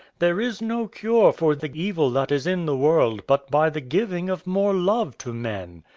there is no cure for the evil that is in the world but by the giving of more love to men.